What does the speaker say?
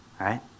right